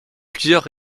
plusieurs